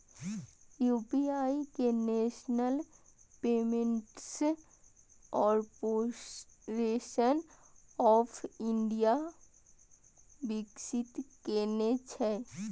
UPI कें national payments corporation of India विकसित केने छै